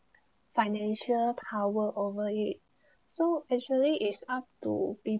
financial power over it so actually is up to